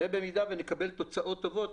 במידה ונקבל תוצאות טובות,